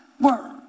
Word